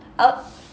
uh